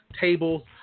tables